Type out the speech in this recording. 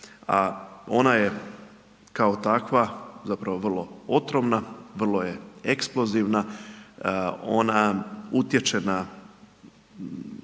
ona je kao takva zapravo vrlo otrovna, vrlo je eksplozivna, ona utječe na